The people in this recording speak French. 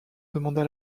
demanda